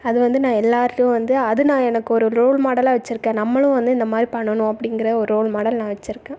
அது வந்து நான் எல்லாருக்கும் வந்து அது நான் எனக்கு ஒரு ரோல் மாடலாக வச்சிருக்கேன் நம்மளும் வந்து இந்தமாதிரி பண்ணணும் அப்படிங்கிற ஒரு ரோல் மாடல் நான் வச்சிருக்கேன்